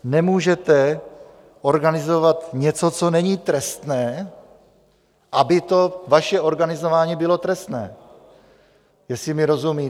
Nemůžete organizovat něco, co není trestné, aby to vaše organizování bylo trestné, jestli mi rozumíte.